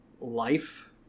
life